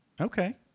okay